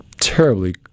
terribly